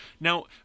Now